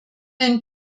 den